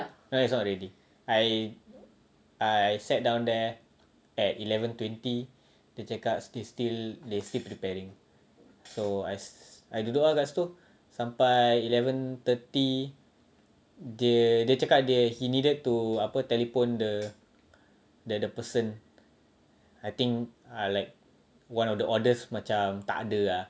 no it's not ready I sat down there at eleven twenty dia cakap they still preparing so I duduk lah dekat situ sampai eleven thirty dia dia cakap dia he needed to apa telephone the the person I think uh like one of the orders macam tak ada ah